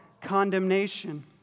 condemnation